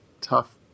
Tough